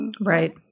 right